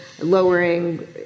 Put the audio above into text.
lowering